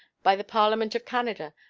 by the parliament of canada,